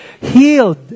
healed